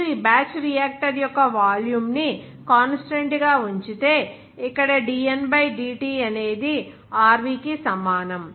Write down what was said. మీరు ఈ batch reactor యొక్క వాల్యూమ్ ని కాన్స్టాంట్ గా ఉంచితే ఇక్కడ dn dt అనేది RV కి సమానం